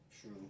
True